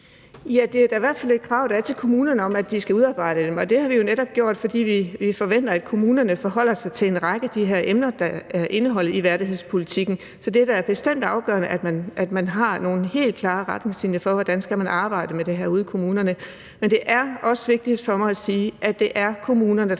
Det er da i hvert fald et krav til kommunerne, at de skal udarbejde dem. Og det har vi jo netop gjort det til, fordi vi forventer, at kommunerne forholder sig til en række af de her emner, der er indeholdt i værdighedspolitikken. Så det er da bestemt afgørende, at man har nogle helt klare retningslinjer for, hvordan man skal arbejde med det her ude i kommunerne. Men det er også vigtigt for mig at sige, at det er kommunerne, der